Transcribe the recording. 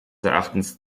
erachtens